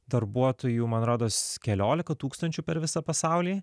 darbuotojų man rodos keliolika tūkstančių per visą pasaulį